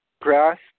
grass